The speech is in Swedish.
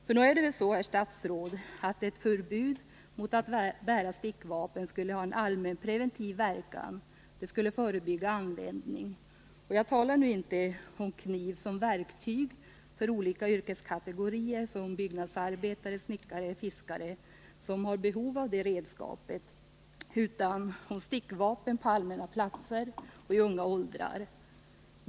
För nog är det väl så, herr statsråd, att ett förbud mot stickvapen skulle ha en allmänpreventiv verkan? Det skulle förebygga användning. Jag talar nu inte om kniv som verktyg för olika yrkeskategorier, byggnadsarbetare, snickare och fiskare, som har behov av detta redskap, utan om stickvapen på allmänna platser och i unga åldrar.